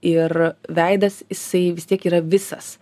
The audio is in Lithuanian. ir veidas jisai vis tiek yra visas